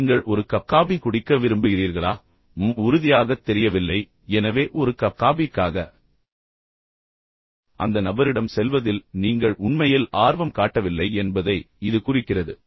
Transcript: நீங்கள் ஒரு cup coffee குடிக்க விரும்புகிறீர்களா ம்ம் உறுதியாகத் தெரியவில்லை எனவே ஒரு கப் காபிக்காக அந்த நபரிடம் செல்வதில் நீங்கள் உண்மையில் ஆர்வம் காட்டவில்லை என்பதை இது குறிக்கிறது